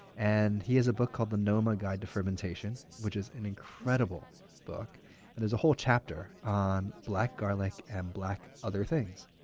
and he has a book called the noma guide to fermentation, which is an incredible book, and there's a whole chapter on black garlic and black other things.